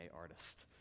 artist